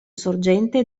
sorgente